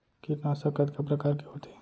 कीटनाशक कतका प्रकार के होथे?